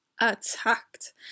attacked